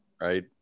right